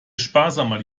sparsamer